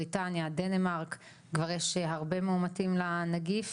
בריטניה, דנמרק כבר יש הרבה מאומתים לנגיף,